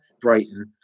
Brighton